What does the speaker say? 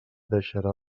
deixarà